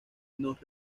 nos